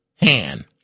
hand